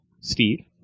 Steve